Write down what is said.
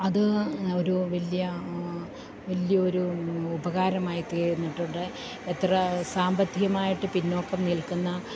അത് ഒരു വലിയ വലിയൊരു ഉപകാരമായിത്തീർന്നിട്ടുണ്ട് എത്ര സാമ്പത്തികമായിട്ട് പിന്നോക്കം നിൽക്കുന്ന